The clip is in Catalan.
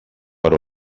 per